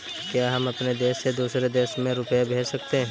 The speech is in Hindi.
क्या हम अपने देश से दूसरे देश में रुपये भेज सकते हैं?